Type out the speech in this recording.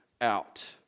out